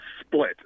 split